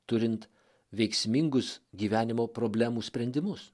turint veiksmingus gyvenimo problemų sprendimus